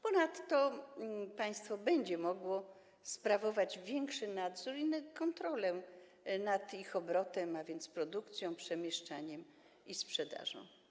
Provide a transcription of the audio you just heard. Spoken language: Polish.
Ponadto państwo będzie mogło sprawować większy nadzór i większą kontrolę nad obrotem nimi, a więc produkcją, przemieszczaniem i sprzedażą.